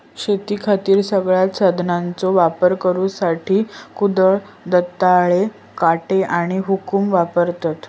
शेतीखातीर सगळ्यांत साधनांचो वापर करुसाठी कुदळ, दंताळे, काटे आणि हुकुम वापरतत